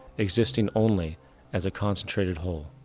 existing only as a concentrated whole.